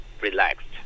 relaxed